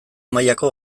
mailako